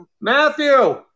Matthew